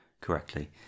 correctly